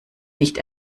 nicht